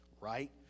right